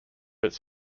its